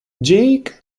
jake